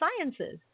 Sciences